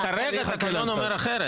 כרגע התקנון אומר אחרת.